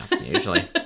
usually